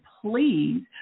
please